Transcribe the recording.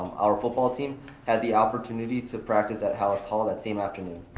our football team had the opportunity to practice at hal's hall that same afternoon.